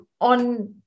on